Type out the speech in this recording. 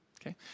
Okay